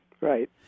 Right